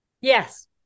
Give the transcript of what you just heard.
Yes